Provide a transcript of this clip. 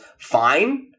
fine